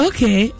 Okay